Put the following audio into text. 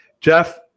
Jeff